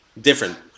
different